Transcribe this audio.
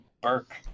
Burke